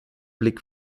blick